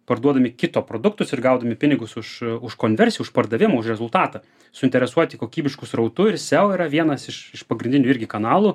parduodami kito produktus ir gaudami pinigus už už konversiją už pardavimą už rezultatą suinteresuoti kokybišku srautu ir seo yra vienas iš iš pagrindinių irgi kanalų